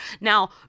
Now